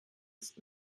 ist